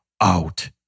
out